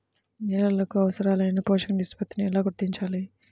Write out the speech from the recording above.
నేలలకు అవసరాలైన పోషక నిష్పత్తిని ఎలా గుర్తించాలి?